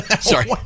Sorry